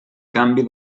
canvi